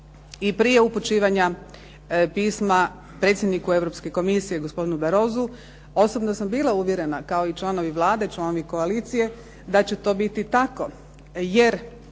prije upućivanja pisma predsjedniku Europske komisije gospodinu Barrosu osobno sam bila uvjerena kao i članovi Vlade, članovi koalicije da će to biti tako jer